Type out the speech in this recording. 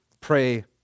pray